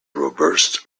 robust